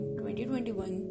2021